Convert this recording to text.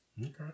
okay